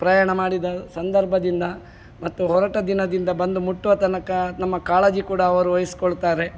ಪ್ರಯಾಣ ಮಾಡಿದ ಸಂದರ್ಭದಿಂದ ಮತ್ತು ಹೊರಟ ದಿನದಿಂದ ಬಂದು ಮುಟ್ಟುವ ತನಕ ನಮ್ಮ ಕಾಳಜಿ ಕೂಡ ಅವರು ವಹಿಸಿಕೊಳ್ತಾರೆ